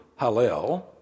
hallel